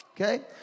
Okay